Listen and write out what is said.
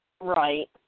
Right